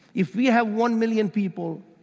if we have one million people,